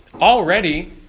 Already